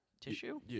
Tissue